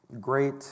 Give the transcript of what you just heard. great